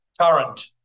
Current